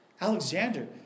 Alexander